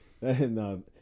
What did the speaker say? No